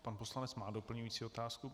Pan poslanec má doplňující otázku.